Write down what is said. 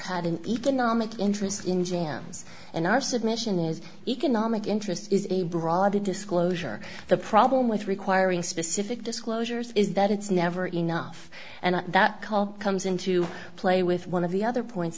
had an economic interest in jams and our submission is economic interests is a broader disclosure the problem with requiring specific disclosures is that it's never enough and that call comes into play with one of the other points